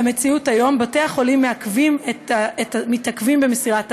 במציאות היום בתי-החולים מתעכבים במסירת המידע,